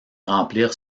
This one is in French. remplir